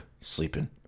sleeping